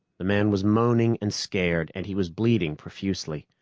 the man was moaning and scared, and he was bleeding profusely.